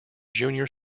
junior